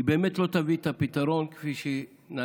היא באמת לא תביא את הפתרון, כפי שנגענו.